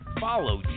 follow